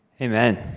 Amen